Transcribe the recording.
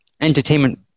entertainment